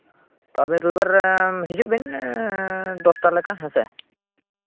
ᱛᱳ ᱟᱹᱵᱤᱱ ᱨᱳᱵᱤᱵᱟᱨ ᱨᱮ ᱦᱤᱡᱩᱜ ᱵᱤᱱ ᱫᱚᱥᱴᱟ ᱞᱮᱠᱟ ᱦᱮᱸ ᱥᱮ